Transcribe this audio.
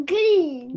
Green